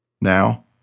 Now